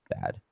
bad